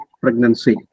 pregnancy